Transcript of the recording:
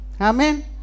Amen